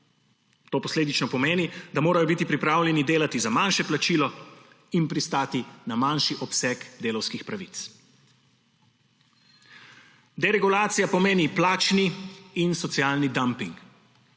To posledično pomeni, da morajo biti pripravljeni delati za manjše plačilo in pristati na manjši obseg delavskih pravic. Deregulacija pomeni plačni in socialni dumping.